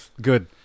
Good